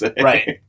right